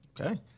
Okay